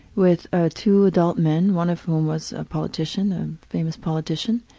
with ah two adult men, one of whom was a politician, a famous politician.